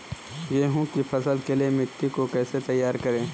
गेहूँ की फसल के लिए मिट्टी को कैसे तैयार करें?